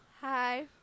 Hi